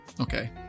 okay